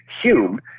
Hume